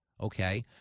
Okay